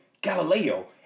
Galileo